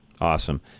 Awesome